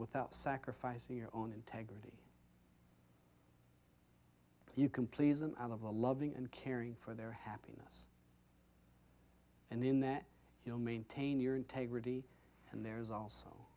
without sacrificing your own integrity you can please them out of a loving and caring for their happiness and then that you'll maintain your integrity and there's also